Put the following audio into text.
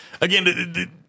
Again